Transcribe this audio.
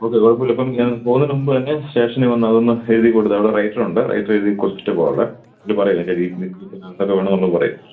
okay കുഴപ്പമില്ല അപ്പം പോകുന്നതിന് മുമ്പ് തന്നെ സ്റ്റേഷനിൽ വന്നു അതൊന്ന് എഴുതി കൊടുത്തു അവിടെ റൈറ്ററുണ്ട് റൈറ്റർ എഴുതി കൊടുത്തിട്ടേ പോകാവുള്ളേ അവർ പറയും അതിന്റെ ഡീറ്റേയ്ൽസ് എന്തൊക്കെ വേണമെന്നുള്ളത് പറയും